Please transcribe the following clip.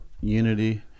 Unity